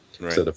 right